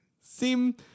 seem